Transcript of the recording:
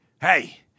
Hey